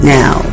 now